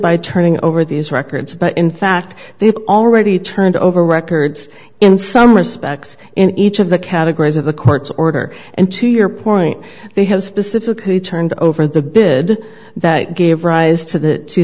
by turning over these records but in fact they've already turned over records in some respects in each of the categories of the court's order and to your point they have specifically turned over the bid that gave rise to the two